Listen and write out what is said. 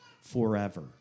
forever